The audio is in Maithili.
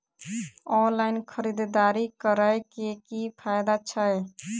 ऑनलाइन खरीददारी करै केँ की फायदा छै?